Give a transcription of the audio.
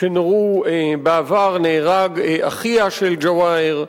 שנורו בעבר נהרג אחיה של ג'וואהר,